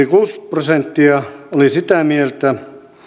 prosenttia oli sitä mieltä